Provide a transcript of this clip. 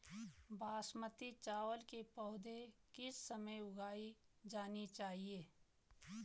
बासमती चावल की पौध किस समय उगाई जानी चाहिये?